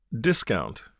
Discount